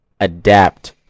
adapt